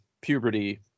puberty